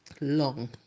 Long